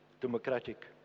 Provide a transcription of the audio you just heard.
democratic